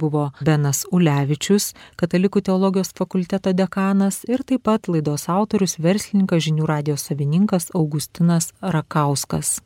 buvo benas ulevičius katalikų teologijos fakulteto dekanas ir taip pat laidos autorius verslininkas žinių radijo savininkas augustinas rakauskas